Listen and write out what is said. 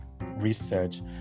research